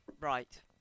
Right